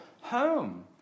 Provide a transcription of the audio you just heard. home